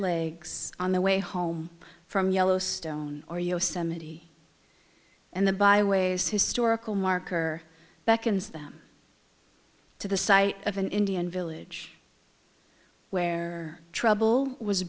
legs on the way home from yellowstone or yosemite and the by ways historical marker beckons them to the site of an indian village where trouble was